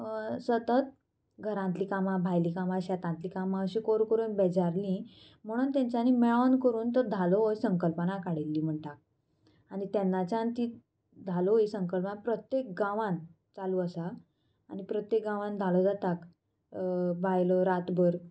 सतत घरांतलीं कामां भायलीं कामां शेतांतलीं कामां अशीं करून करून तीं बेजारलीं म्हणून तेंच्यांनी मेळोन करून तो धालो हो संकल्पना काडिल्ली म्हणटा आनी तेन्नाच्यान ती धालो ही संकल्पना प्रत्येक गांवांत चालू आसा आनी प्रत्येक गांवांत धालो जाता बायलो रातभर